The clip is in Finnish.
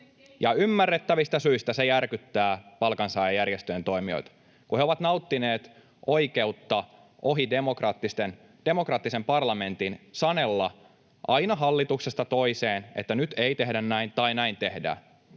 Ymmärrettävistä syistä se järkyttää palkansaajajärjestöjen toimijoita, kun he ovat nauttineet oikeutta ohi demokraattisen parlamentin sanella aina hallituksesta toiseen, että nyt ei tehdä näin tai näin tehdään.